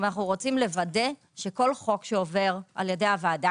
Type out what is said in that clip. אנו רוצים לוודא שכל חוק שעובר על ידי הוועדה,